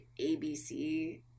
ABC